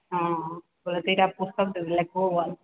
ହଁ ଦୁଇଟା ପୁସ୍ତକ ଲେଖବୁ